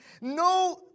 no